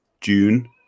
June